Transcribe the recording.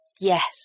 yes